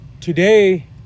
today